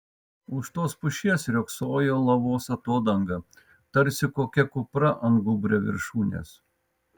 už tos pušies riogsojo lavos atodanga tarsi kokia kupra ant gūbrio viršūnės